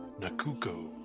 Nakuko